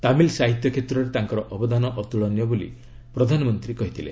ତାମିଲ୍ ସାହିତ୍ୟ କ୍ଷେତ୍ରରେ ତାଙ୍କର ଅବଦାନ ଅତ୍କଳନୀୟ ବୋଲି ପ୍ରଧାନମନ୍ତ୍ରୀ କହିଥବଲେ